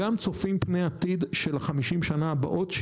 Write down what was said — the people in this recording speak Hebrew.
גם צופות פני עתיד של ה-50 שנה הבאות,